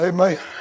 Amen